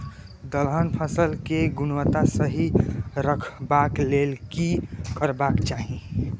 दलहन फसल केय गुणवत्ता सही रखवाक लेल की करबाक चाहि?